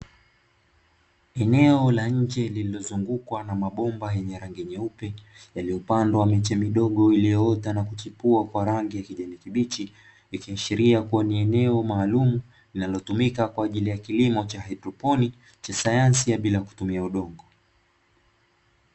Eneo la nje lililozungukwa na mabomba yenye rangi nyeupe, yaliyopandwa miche midogo iliyoota na kuchipua kwa rangi ya kijani kibichi, ikiashiria kuwa ni eneo maalumu linalotumika kwaajili ya kilimo cha hydroponi, cha sayansi ya bila kutumia udongo.